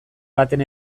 baten